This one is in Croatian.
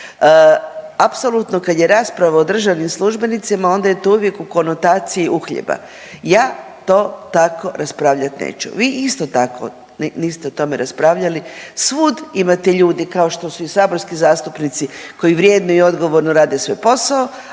Apsolutno kad je rasprava o državnim službenicima onda je to uvijek u konotaciji uhljeba. Ja to tako raspravljat neću. Vi isto tako niste o tome raspravljali. Svud imate ljudi kao što su i saborski zastupnici koji vrijedno i odgovorno rade svoj posao,